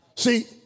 See